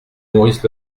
maurice